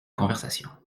conversation